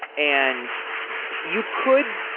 and you could